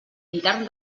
intern